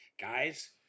guys